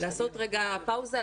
לעשות רגע פאוזה,